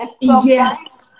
yes